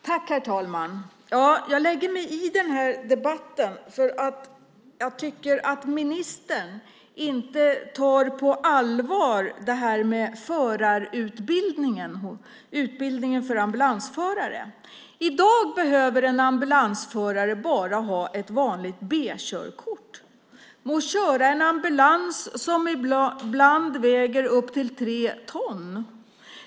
Herr talman! Jag lägger mig i den här debatten därför att jag tycker att ministern inte tar utbildningen för ambulansförare på allvar. I dag behöver en ambulansförare bara ha ett vanligt B-körkort för att köra en ambulans som ibland väger upp till tre ton.